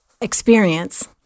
experience